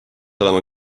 olema